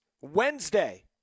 Wednesday